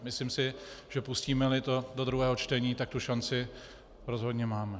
Myslím si, že pustímeli to do druhého čtení, tak tu šanci rozhodně máme.